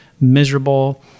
miserable